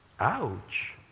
Ouch